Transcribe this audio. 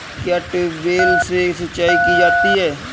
क्या ट्यूबवेल से सिंचाई की जाती है?